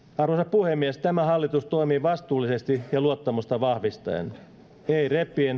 puhemies tämä hallitus toimii vastuullisesti ja luottamusta vahvistaen ei